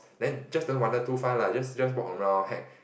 then just don't wander too far lah just just walk around hang